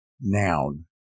noun